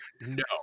no